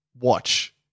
watch